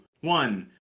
one